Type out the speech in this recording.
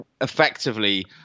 effectively